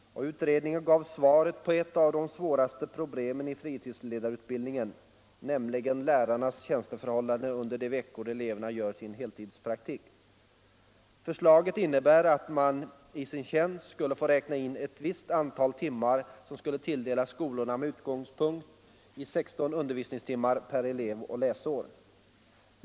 Utredningen gav svaret på ett av de svåraste problemen i fritidsledarutbildningen, nämligen lärarnas tjänsteförhållanden under de veckor eleverna gör sin heltidspraktik. Förslaget innebär att man i sin tjänst skulle få räkna in ett visst antal timmar som skulle tilldelas skolorna med utgångspunkt i 16 undervisningstimmar per elev och läsår.